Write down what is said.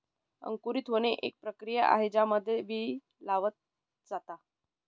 अंकुरित होणे, एक प्रक्रिया आहे ज्यामध्ये बी लावल जाता